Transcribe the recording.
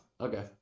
okay